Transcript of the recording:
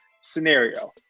Scenario